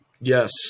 Yes